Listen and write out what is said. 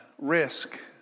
risk